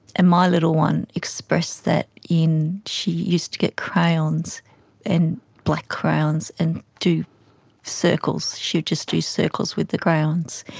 and my little one expressed that in she used to get crayons and black crayons and do circles, she would just do circles with the crayons.